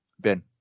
Ben